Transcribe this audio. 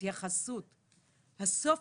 - כפי שנאמר בסופו,